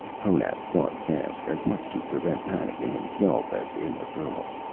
honath thought fast, as much to prevent panic in himself as in the girl.